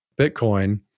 Bitcoin